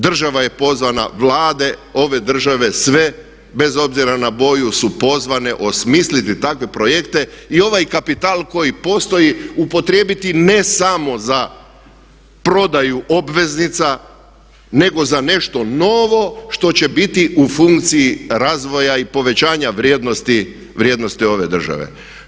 Država je pozvana Vlade, ove države, sve bez obzira na boju su pozvane osmisliti takve projekte i ovaj kapital koji postoji upotrijebiti ne samo za prodaju obveznica nego za nešto novo što će biti u funkciji razvoja i povećanja vrijednosti ove države.